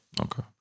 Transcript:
Okay